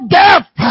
death